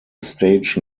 stage